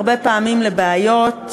הרבה פעמים לבעיות,